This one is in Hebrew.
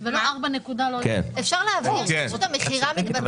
ובלבד שמתקיימים כל אלה: הדירות הושכרו